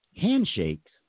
Handshakes